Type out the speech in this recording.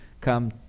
come